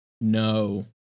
No